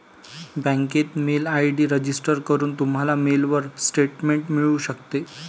बँकेत mail ID register करून, तुम्हाला मेलवर स्टेटमेंट मिळू शकते